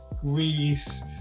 Greece